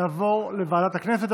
זה יעבור לוועדת הכנסת.